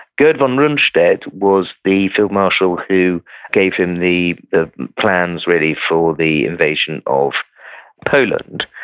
gerd von rundstedt was the field marshal who gave him the the plans really for the invasion of poland.